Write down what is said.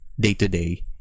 day-to-day